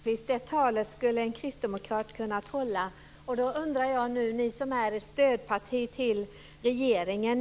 Fru talman! Tack, Helena Hillar Rosenqvist. Det talet skulle en kristdemokrat kunnat hålla. Ni är ju ett stödparti till regeringen.